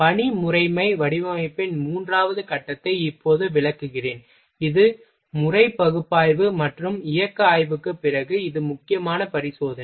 பணி முறைமை வடிவமைப்பின் மூன்றாவது கட்டத்தை இப்போது விளக்குகிறேன் இது முறை பகுப்பாய்வு மற்றும் இயக்க ஆய்வுக்குப் பிறகு இது முக்கியமான பரிசோதனை